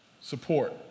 support